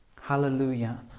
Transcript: Hallelujah